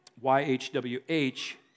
Y-H-W-H